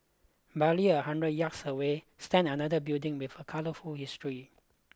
barely a hundred yards away stand another building with a colourful history